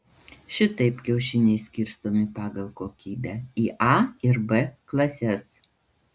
šitaip kiaušiniai skirstomi pagal kokybę į a ir b klases